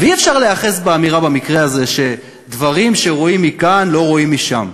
ואי-אפשר להיאחז במקרה הזה באמירה שדברים שרואים מכאן לא רואים משם,